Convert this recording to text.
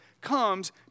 comes